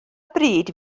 bryd